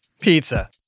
pizza